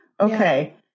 Okay